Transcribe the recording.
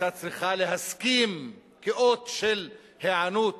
אני חושב שהממשלה היתה צריכה להסכים כאות של היענות